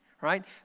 Right